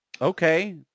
Okay